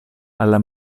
alla